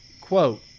Quote